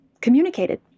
communicated